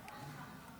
תודה רבה.